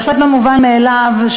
בהחלט לא מובן מאליו.